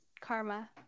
Karma